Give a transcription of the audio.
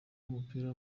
w’umupira